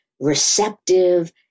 receptive